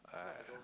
uh